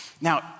Now